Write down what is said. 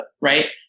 right